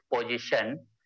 position